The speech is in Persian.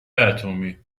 اتمی